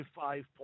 five